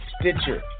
Stitcher